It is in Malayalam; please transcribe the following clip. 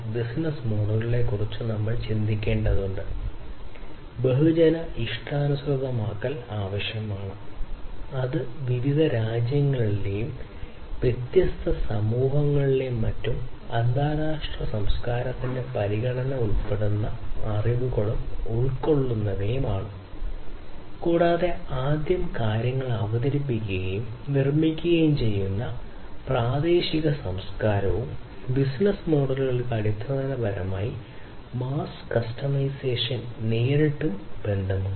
ബിസിനസ്സ് മോഡലുകൾ നേരിട്ട് ബന്ധമുണ്ട്